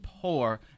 poor